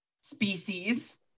species